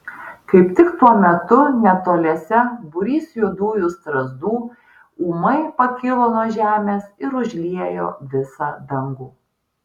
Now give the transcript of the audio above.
kaip tik tuo metu netoliese būrys juodųjų strazdų ūmai pakilo nuo žemės ir užliejo visą dangų